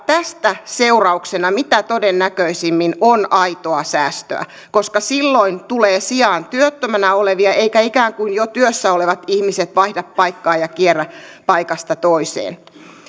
tästä seurauksena mitä todennäköisimmin on aitoa säästöä koska silloin tulee sijaan työttömänä olevia eivätkä ikään kuin jo työssä olevat ihmiset vaihda paikkaa ja kierrä paikasta toiseen